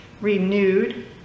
renewed